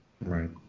Right